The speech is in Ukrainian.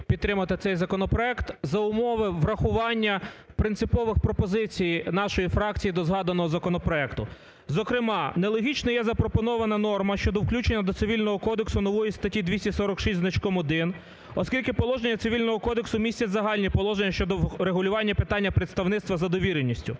підтримати цей законопроект за умови врахування принципових пропозицій нашої фракції до згаданого законопроекту. Зокрема, нелогічною є запропонована норма щодо включення до Цивільного кодексу нової статті 246 зі значком 1, оскільки положення Цивільного кодексу містять загальні положення щодо врегулювання питання представництва за довіреністю.